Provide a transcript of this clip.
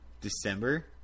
December